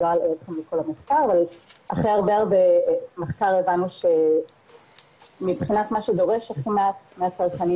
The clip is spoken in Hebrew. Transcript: אחרי הרבה מחקר הבנו שמבחינת מה שדורש מהצרכנים